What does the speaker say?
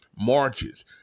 Marches